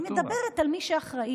אני מדברת על מי שאחראי.